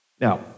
Now